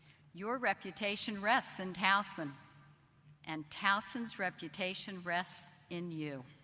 your reputation rests in towson and towson's reputation rests in you.